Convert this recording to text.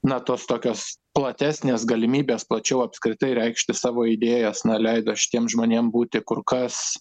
na tos tokios platesnės galimybės plačiau apskritai reikšti savo idėjas na leido šiem žmonėm būti kur kas